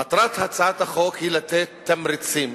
מטרת הצעת החוק היא לתת תמריצים